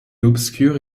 obscure